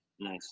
nice